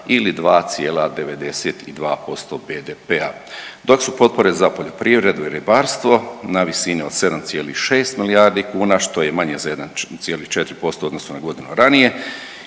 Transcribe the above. ili 2,92% BDP-a, dok su potpore za poljoprivredu i ribarstvo na visini od 7,6 milijardi kuna što je manje za 1,4% u odnosu na godinu ranije,